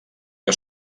que